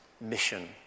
mission